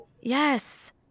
Yes